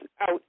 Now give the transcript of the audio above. out